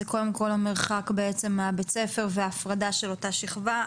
זה קודם כל המרחק מבית הספר וההפרדה של אותה השכבה.